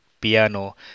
piano